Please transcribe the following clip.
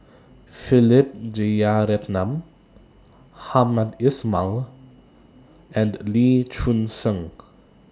Philip Jeyaretnam Hamed Ismail and Lee Choon Seng